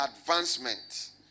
advancement